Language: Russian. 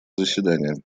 заседания